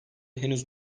henüz